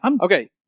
Okay